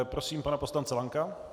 Prosím pana poslance Lanka.